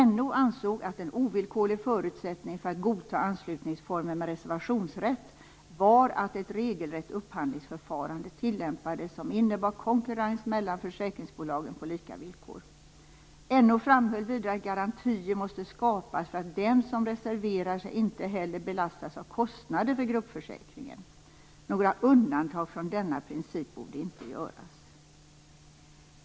NO ansåg att en ovillkorlig förutsättning för att godta anslutningsformen med reservationsrätt var att ett regelrätt upphandlingsförfarande tillämpades som innebar konkurrens mellan försäkringsbolagen på lika villkor. NO framhöll vidare att garantier måste skapas för att den som reserverar sig inte heller belastas av kostnader för gruppförsäkringen. Några undantag från denna princip borde inte kunna göras.